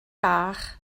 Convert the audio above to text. bach